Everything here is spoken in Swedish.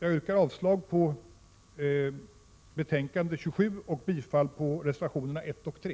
Jag yrkar avslag på hemställan i finansutskottets betänkande 27 och bifall till reservationerna 1 och 3.